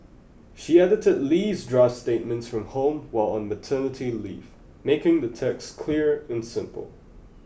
she edited Lee's draft statements from home while on maternity leave making the text clear and simple